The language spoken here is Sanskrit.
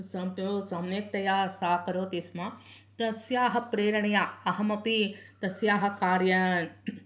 सन्तु सम्यक् तया सा करोति स्म तस्याः प्रेरणया अहमपि तस्याः कार्या